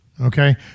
Okay